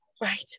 right